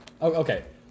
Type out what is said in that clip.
Okay